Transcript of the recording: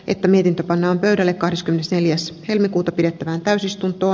että mietintö pannaan pöydälle kahdeskymmenesneljäs helmikuuta pidettävään täysistunto